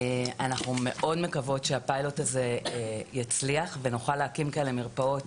אנחנו מאוד מקוות שהפיילוט הזה יצליח ושנוכל להקים מרפאות